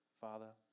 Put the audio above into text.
Father